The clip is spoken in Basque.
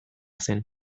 zen